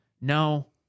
no